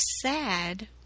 sad